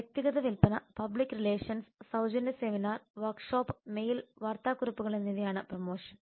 വ്യക്തിഗത വിൽപ്പന public relations സൌജന്യ സെമിനാർ വർക്ക്ഷോപ്പ് മെയിൽ വാർത്താക്കുറിപ്പുകൾ എന്നിവയാണ് പ്രമോഷൻ